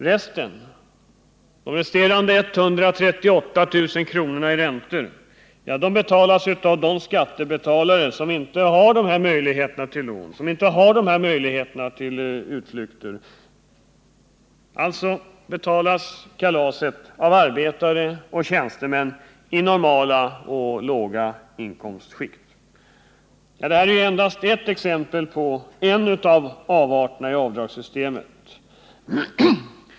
Resten, 138 000 kr., betalas av de skattebetalare som inte har dessa möjligheter till lån, som inte har de här möjligheterna till utflykter i avdragsdjungeln. Alltså betalas kalaset av arbetare och tjänstemän i normala och låga inkomstskikt. Ja, det här är endast ett exempel på en av avarterna i avdragssystemet.